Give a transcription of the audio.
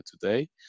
today